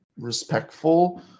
Respectful